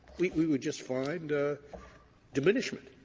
we we would just find ah diminishment.